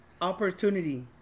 Opportunity